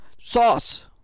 Sauce